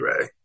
Ray